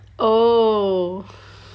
oh